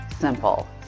simple